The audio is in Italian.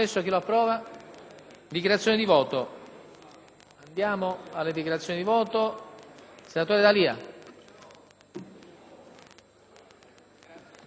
dichiarazione di voto.